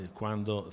quando